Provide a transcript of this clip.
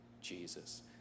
Jesus